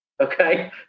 okay